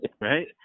Right